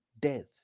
death